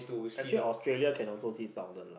actually Australia can also see southern